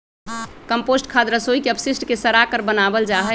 compost खाद रसोई के अपशिष्ट के सड़ाकर बनावल जा हई